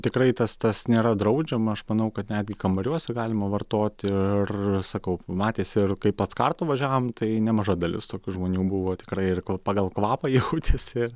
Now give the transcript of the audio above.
tikrai tas tas nėra draudžiama aš manau kad netgi kambariuose galima vartoti ir sakau matėsi ir kai plackartu važiavom tai nemaža dalis tokių žmonių buvo tikrai ir kol pagal kvapą jautėsi